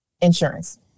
Insurance